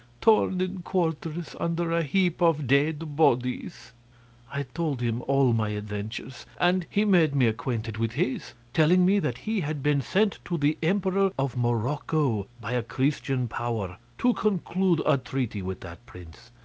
torn in quarters, under a heap of dead bodies i told him all my adventures, and he made me acquainted with his telling me that he had been sent to the emperor of morocco by a christian power, to conclude a treaty with that prince,